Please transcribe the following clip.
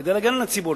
כדי להגן על הציבור.